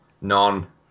None